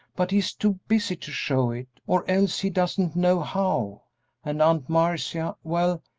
but he is too busy to show it, or else he doesn't know how and aunt marcia! well,